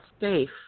safe